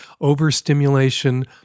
Overstimulation